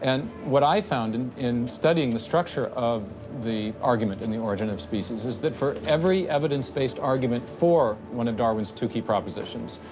and what i found and in studying the structure of the argument in the origin of species is that for every evidence-based argument for one of darwin's two key propositions,